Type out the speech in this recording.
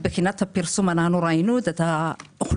מבחינת הפרסום ראינו את האוכלוסיות,